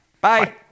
Bye